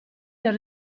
del